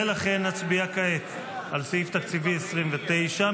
ולכן נצביע כעת על סעיף תקציבי 29,